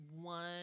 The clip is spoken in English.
one